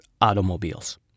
automobiles